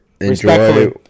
enjoy